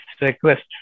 request